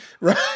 right